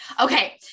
Okay